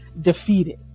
defeated